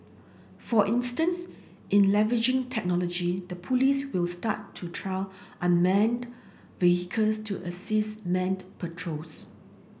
for instance in leveraging technology the police will start to trial unmanned vehicles to assist manned patrols